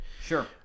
sure